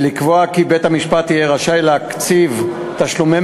ולקבוע כי בית-המשפט יהיה רשאי להקציב תשלומי